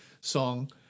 song